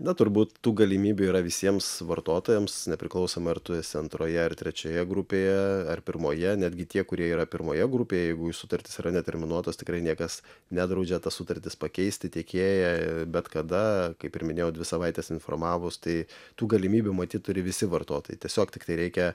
na turbūt tų galimybių yra visiems vartotojams nepriklausomai ar tu esi antroje ar trečioje grupėje ar pirmoje netgi tie kurie yra pirmoje grupėje jeigu jų sutartys yra neterminuotas tikrai niekas nedraudžia tas sutartis pakeisti tiekėją bet kada kaip ir minėjau dvi savaites informavus tai tų galimybių matyt turi visi vartotojai tiesiog tiktai reikia